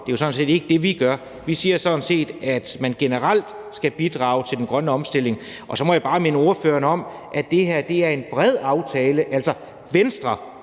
Det er jo sådan set ikke det, vi gør. Vi siger sådan set, at man generelt skal bidrage til den grønne omstilling. Så må jeg bare minde ordføreren om, at det her er en bred aftale. Venstre,